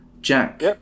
Jack